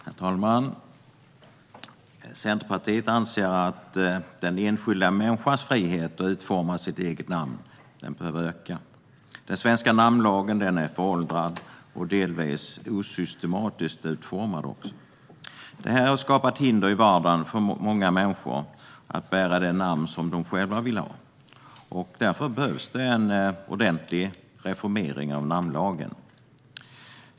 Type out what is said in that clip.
Herr talman! Centerpartiet anser att den enskilda människans frihet att utforma sitt eget namn behöver öka. Den svenska namnlagen är föråldrad och delvis även osystematiskt utformad. Detta har skapat hinder i vardagen för många människor att bära det namn de själva vill ha, och därför behövs det en ordentlig reformering av namnlagen.